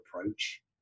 approach